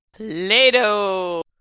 Play-Doh